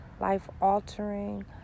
life-altering